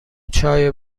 چای